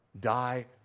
die